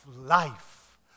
life